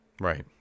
Right